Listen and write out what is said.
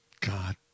God